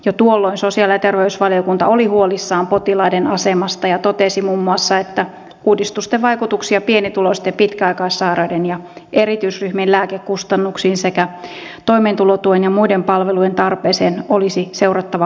jo tuolloin sosiaali ja terveysvaliokunta oli huolissaan potilaiden asemasta ja totesi muun muassa että uudistusten vaikutuksia pienituloisten pitkäaikaissairaiden ja erityisryhmien lääkekustannuksiin sekä toimeentulotuen ja muiden palvelujen tarpeeseen olisi seurattava huolellisesti